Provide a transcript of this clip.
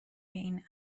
این